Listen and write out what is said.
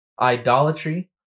idolatry